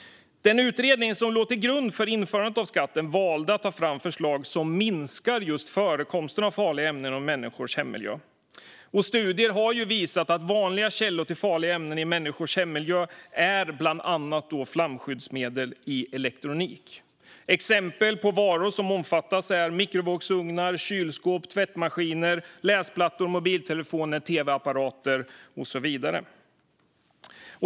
Den utredning som låg till grund för införandet av skatten valde att ta fram förslag som minskar just förekomsten av farliga ämnen i människors hemmiljö. Studier har visat att vanliga källor till farliga ämnen i människors hemmiljö är bland annat flamskyddsmedel i elektronik. Exempel på varor som omfattas är mikrovågsugnar, kylskåp, tvättmaskiner, läsplattor, mobiltelefoner, tv-apparater och så vidare.